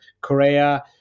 Korea